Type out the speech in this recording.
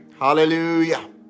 Hallelujah